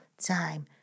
time